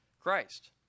Christ